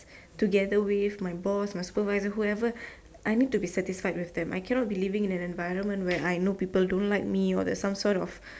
together with my boss my supervisor whoever I need to be satisfied with them I can not be living in an environment where I know people don't like me or there's some sort of